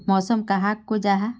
मौसम कहाक को जाहा?